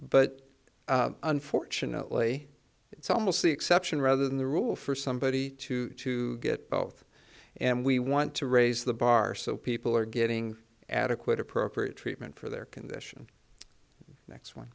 but unfortunately it's almost the exception rather than the rule for somebody to to get both and we want to raise the bar so people are getting adequate appropriate treatment for their condition next one